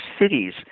cities